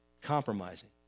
Compromising